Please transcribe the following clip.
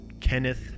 Kenneth